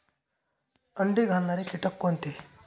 अंडी घालणारे किटक कोणते?